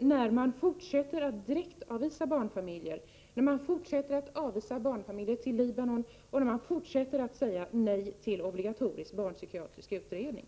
när man fortsätter att direktavvisa barnfamiljer, när man fortsätter att avvisa barnfamiljer till Libanon och när man fortsätter att säga nej till obligatorisk barnpsykiatrisk utredning.